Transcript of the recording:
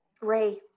Ray